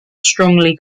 strongly